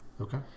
Okay